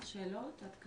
שאלות עד כאן?